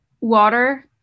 water